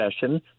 session